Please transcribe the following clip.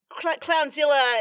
Clownzilla